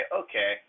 okay